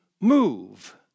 move